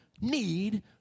need